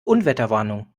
unwetterwarnung